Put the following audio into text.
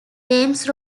james